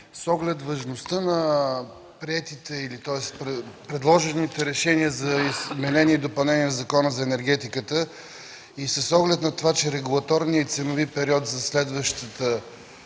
С оглед важността на предложените решения за изменение и допълнение на Закона за енергетиката и с оглед на това, че регулаторният период за следващия ценови